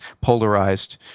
polarized